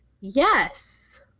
yes